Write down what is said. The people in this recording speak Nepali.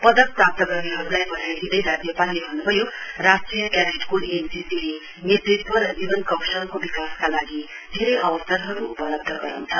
पदक प्राप्त गर्नेहरूलाई बधाई दिँदै राज्यपालले भन्नुभयो राष्ट्रिय क्याडेट कोर एनसिसिले नेतृत्व र जीवन कौशलको विकासका लागि धेरै अवसरहरू उपलब्ध गराउँछ